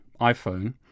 iPhone